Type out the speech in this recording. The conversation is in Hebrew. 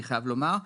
אני חייב לומר.